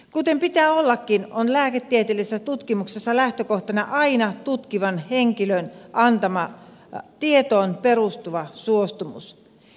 kuten pitää ollakin on lääketieteellisessä tutkimuksessa lähtökohtana aina tutkittavan henkilön antama tietoon perustuva suostumus